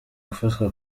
gufatwa